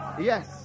Yes